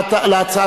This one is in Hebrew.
לך,